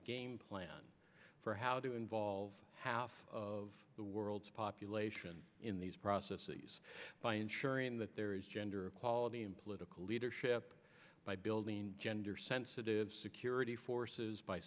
game plan for how to involve half of the world's population in these processes by ensuring that there is gender equality in political leadership by building gender sensitive security forces by